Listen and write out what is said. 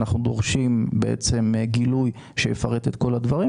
אנחנו דורשים גילוי שיפרט את כל הדברים,